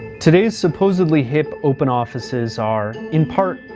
today's supposedly hip open offices are, in part,